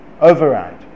Override